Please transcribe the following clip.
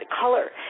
color